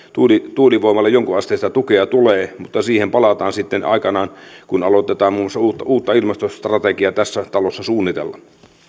tuulivoimalle jonkunasteista tukea tulee mutta siihen palataan sitten aikanaan kun aletaan muun muassa uutta ilmastostrategiaa tässä talossa suunnitella